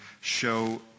show